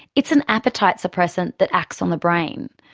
it's an appetite suppressant that acts on the brain.